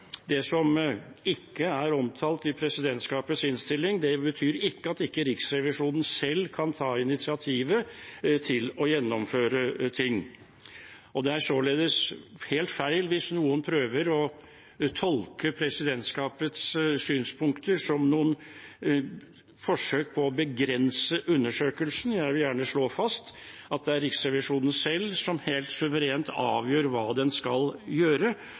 det som ikke er omtalt i presidentskapets innstilling, ikke betyr at Riksrevisjonen selv kan ta initiativ til å gjennomføre ting. Det er således helt feil hvis noen prøver å tolke presidentskapets synspunkter som noe forsøk på å begrense undersøkelsen. Jeg vil gjerne slå fast at det er Riksrevisjonen selv som helt suverent avgjør hva den skal gjøre.